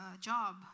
job